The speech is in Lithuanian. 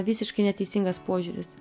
visiškai neteisingas požiūris